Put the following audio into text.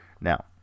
Now